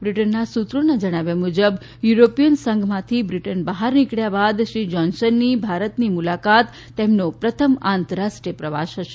બ્રિટનના સૂત્રોના જણાવ્યા મુજબ યુરોપીયન સંઘમાંથી બ્રિટન બહાર નીકબ્યા બાદ શ્રી જોન્સનની ભારતની મુલાકાત તેમનો પ્રથમ આંતરરાષ્ટ્રીય પ્રવાસ હશે